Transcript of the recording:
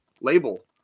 label